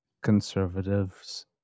conservatives